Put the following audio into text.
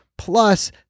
plus